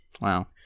Wow